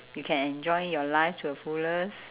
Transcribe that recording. you can enjoy your life to the fullest